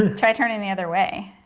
and try turning the other way.